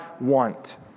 want